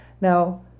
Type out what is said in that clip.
Now